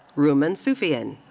ruhma and sufian.